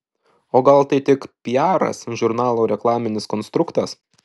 o gal tai tik piaras žurnalo reklaminis konstruktas